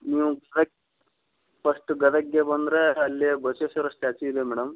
ನೀವು correct first ಗದಗಿಗೆ ಬಂದರೆ ಅಲ್ಲಿ ಬಸವೇಶ್ವರ ಸ್ಟ್ಯಾಚು ಇದೆ ಮೇಡಮ್